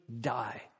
die